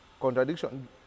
contradiction